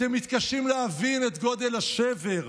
אתם מתקשים להבין את גודל השבר.